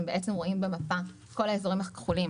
אנחנו רואים במפה את כל האזורים הכחולים,